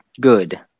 good